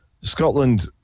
Scotland